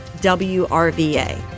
WRVA